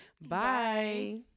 Bye